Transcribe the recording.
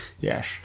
Yes